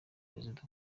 perezida